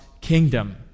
kingdom